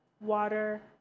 water